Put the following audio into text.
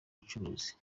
bucuruzi